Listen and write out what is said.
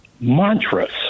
mantras